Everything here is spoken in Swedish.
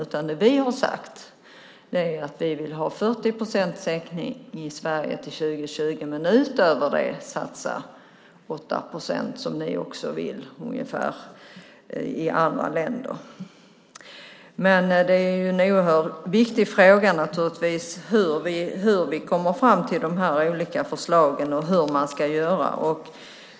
Vad vi har sagt är att vi vill ha 40 procent sänkning i Sverige till år 2020 men utöver det 8 procent, som ni också vill, i andra länder. Det är naturligtvis oerhört viktigt hur vi kommer fram till de olika förslagen om hur man ska göra.